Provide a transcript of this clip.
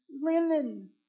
linen